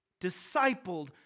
discipled